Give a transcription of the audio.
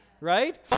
right